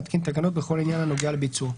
להתקין תקנות בכל עניין הנוגע לביצועו."